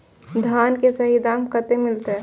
धान की सही दाम कते मिलते?